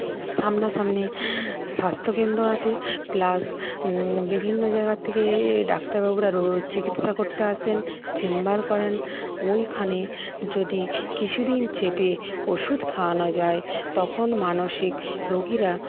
সামনা সামনি স্বাস্থ্যকেন্দ্র আছে প্লাস বিভিন্ন জায়গা থেকে ডাক্তারবাবুরা রোগ চিকিৎসা করতে আসেন চেম্বার করেন ওইখানে যদি কিছুদিন চেপে ওষুধ খাওয়ানো যায় তখন মানসিক রোগীরা